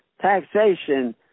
Taxation